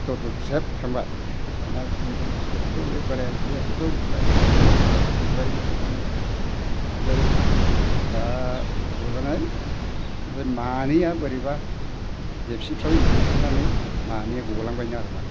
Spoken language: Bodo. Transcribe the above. दरखो ख्रेब फांबाय दाना सियालफोरखौ बोराया बिखौ बुलाय बिखौ बुलाय बुबायनो माने ओमफ्राय बुनानै ओमफ्राय मानैया बोरैबा देबसिफ्राय एब्रेनानै मानैया गलांबायनो आरो मा